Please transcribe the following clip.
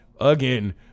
Again